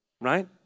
right